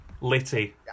litty